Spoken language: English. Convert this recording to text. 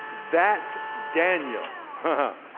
that daniel, ah